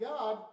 God